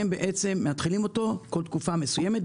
הם בעצם מאתחלים אתו בכל תקופה מסוימת,